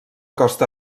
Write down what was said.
costa